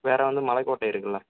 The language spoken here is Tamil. வேறு வந்து மலைக்கோட்டை இருக்குல்ல